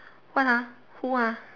what ah who ah